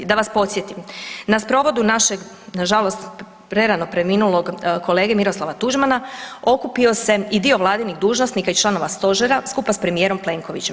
Da vas podsjetim, na sprovodu našeg nažalost prerano preminulog kolege Miroslava Tuđmana, okupio se i dio Vladinih dužnosnika i članova Stožera skupa s premijerom Plenkovićem.